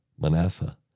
Manasseh